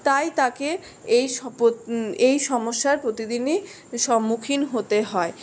তাই তাকে এই এই সমস্যার প্রতিদিনই সম্মুখীন হতে হয়